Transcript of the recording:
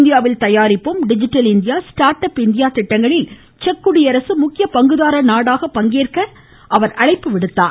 இந்தியாவில் தயாரிப்போம் digital India startup India திட்டங்களில் செக் குடியரசு முக்கிய பங்குதார நாடாக பங்கேற்க அவர் அழைப்பு விடுத்தார்